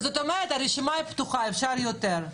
זאת אומרת, הרשימה פתוחה, אפשר יותר.